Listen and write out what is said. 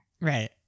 Right